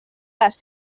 les